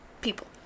people